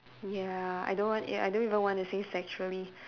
ya I don't want ya I don't even want to say sexually